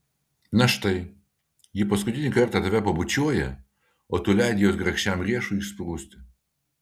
na štai ji paskutinį kartą tave pabučiuoja o tu leidi jos grakščiam riešui išsprūsti